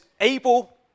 able